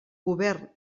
govern